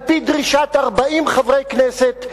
על-פי דרישת 40 חברי כנסת,